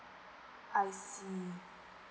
I see